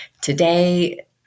today